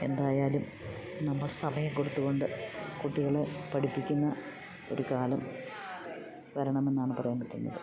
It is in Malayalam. എന്തായാലും നമ്മൾ സമയം കൊടുത്തുകൊണ്ട് കുട്ടികളെ പഠിപ്പിക്കുന്ന ഒരു കാലം വരണമെന്നാണ് പറയാൻ പറ്റുന്നത്